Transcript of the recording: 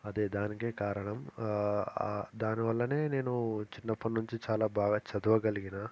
అదే దానికే కారణం దాని వల్లనే నేను చిన్నప్పటి నుంచి చాలా బాగా చదవగలిగాను